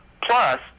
Plus